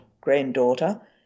granddaughter